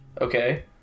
Okay